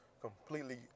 completely